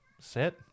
set